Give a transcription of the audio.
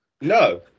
no